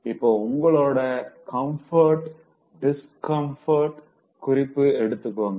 இப்போ உங்களோட கம்ஃபர்ட்டயும் டிஸ்கம்ஃபர்ட்டயும் குறிப்பு எடுத்துக்கோங்க